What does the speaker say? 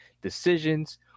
decisions